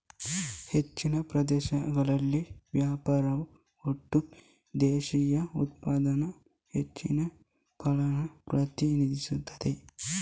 ಹೆಚ್ಚಿನ ದೇಶಗಳಲ್ಲಿ ವ್ಯಾಪಾರವು ಒಟ್ಟು ದೇಶೀಯ ಉತ್ಪನ್ನದ ಹೆಚ್ಚಿನ ಪಾಲನ್ನ ಪ್ರತಿನಿಧಿಸ್ತದೆ